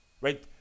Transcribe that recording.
right